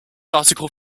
article